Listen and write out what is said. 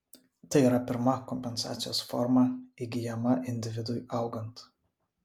tai yra pirma kompensacijos forma įgyjama individui augant